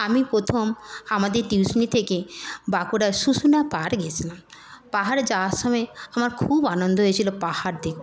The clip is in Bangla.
আমি প্রথম আমাদের টিউশানি থেকে বাঁকুড়া শুশুনিয়া পাহাড়ে গেছিলাম পাহাড়ে যাওয়ার সময় আমার খুব আনন্দ হয়েছিল পাহাড় দেখব